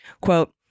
Quote